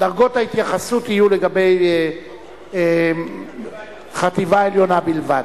שדרגות ההתייחסות יהיו לגבי החטיבה העליונה בלבד.